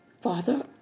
Father